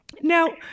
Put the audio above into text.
Now